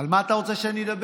מה אתה רוצה שאדבר?